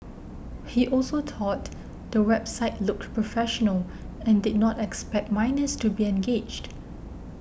he also thought the website looked professional and did not expect minors to be engaged